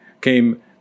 Came